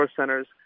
centers